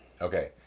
Okay